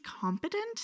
competent